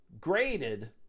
graded